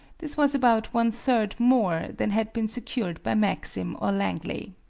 this was about one-third more than had been secured by maxim or langley.